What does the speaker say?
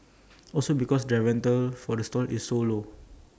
also because their rental for the stall is so low